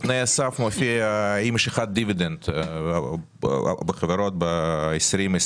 בתנאי הסף מופיע אי משיכת דיבידנד בחברות ב-2021.